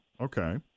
okay